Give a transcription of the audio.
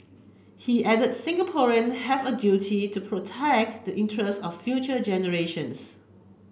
he added Singaporean have a duty to protect the interest of future generations